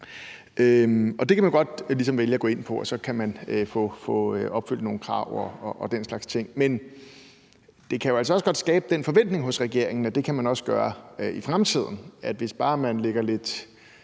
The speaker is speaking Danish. Det kan man godt ligesom vælge at gå ind på, og så kan man få opfyldt nogle krav og den slags ting. Men det kan jo altså også godt skabe den forventning hos regeringen, at det kan man også godt gøre i fremtiden, altså at hvis bare man lægger lidt